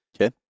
Okay